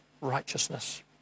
righteousness